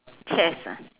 chess ah